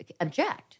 object